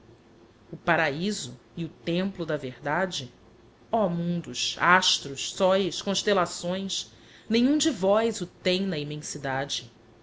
o paraiso e o templo da verdade oh mundos astros sóes constellações nenhum de vós o tem na immensidade